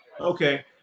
Okay